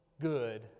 good